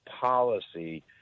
policy